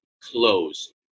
close